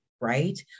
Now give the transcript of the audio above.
right